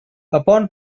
upon